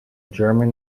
german